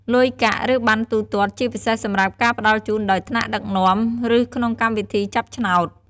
លុយកាក់ ឬប័ណ្ណទូទាត់ ជាពិសេសសម្រាប់ការផ្តល់ជូនដោយថ្នាក់ដឹកនាំ ឬក្នុងកម្មវិធីចាប់ឆ្នោត។